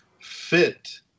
fit